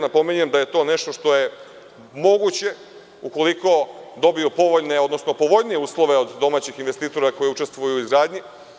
Napominjem da je to nešto što je moguće ukoliko dobiju povoljne, odnosno povoljnije uslove od domaćih investitora koji učestvuju u izgradnji.